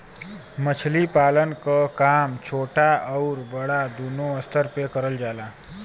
मछली पालन क काम छोटा आउर बड़ा दूनो स्तर पे करल जाला